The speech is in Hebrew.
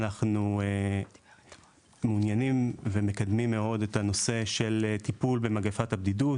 אנחנו מעוניינים ומקדמים מאוד את הנושא של טיפול במגפת הבדידות